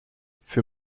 für